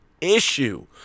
issue